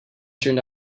turned